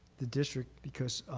the district, because,